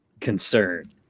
concern